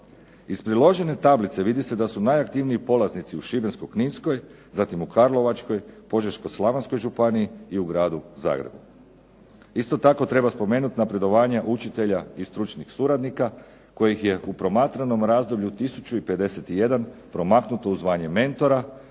Iz priložene tablice vidi se najaktivniji polaznici u Šibensko-kninskoj, zatim u Karlovačkoj, Požeško-slavonskoj županiji i u Gradu Zagrebu. Isto tako treba spomenuti napredovanje učitelja i stručnih suradnika kojih je u promatranom razdoblju 1051 promaknuto u zvanje mentora,